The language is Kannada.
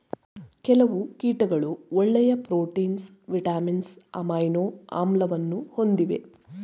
ಕೆಲವು ಕೀಟಗಳು ಒಳ್ಳೆಯ ಪ್ರೋಟೀನ್, ವಿಟಮಿನ್ಸ್, ಅಮೈನೊ ಆಮ್ಲವನ್ನು ಹೊಂದಿವೆ